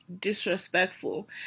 disrespectful